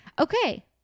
okay